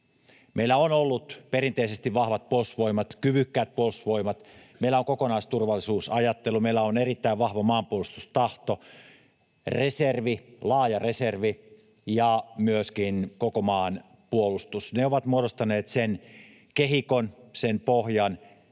Meillä on ollut perinteisesti vahvat puolustusvoimat, kyvykkäät puolustusvoimat. Meillä on kokonaisturvallisuusajattelu, meillä on erittäin vahva maanpuolustustahto, laaja reservi ja myöskin koko maan puolustus. Ne ovat muodostaneet sen kehikon, sen pohjan,